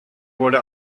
wurde